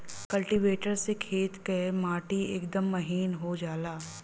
cultivator से खेत क माटी एकदम महीन हो जाला